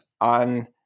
on